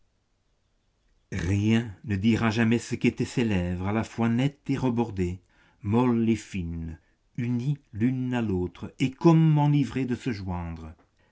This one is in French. rien ne dira jamais ce qu'étaient ces lèvres à la fois nettes et rebordées molles et fines unies l'une à l'autre et comme enivrées de se joindre